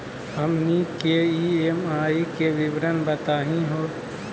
हमनी के ई.एम.आई के विवरण बताही हो?